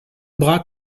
bras